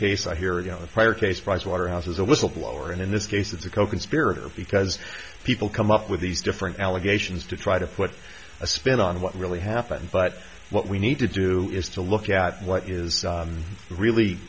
case i hear you know the prior case pricewaterhouse is a whistleblower and in this case it's a coconspirator because people come up with these different allegations to try to put a spin on what really happened but what we need to do is to look at what is really